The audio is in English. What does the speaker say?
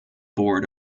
board